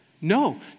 No